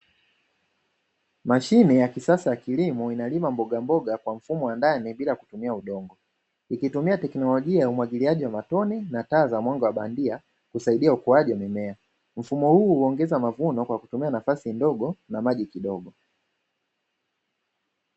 Mashine ya kisasa ya kilimo inalima mbogamboga kwa mfumo wa ndani bila kutumia udongo. Ikitumia teknolojia ya umwagiliaji wa matone na taa za mwanga wa bandia kusaidia ukuaji wa mimea. Mfumo huu huongeza mavuno kwa kutumia nafasi ndogo na maji kidogo.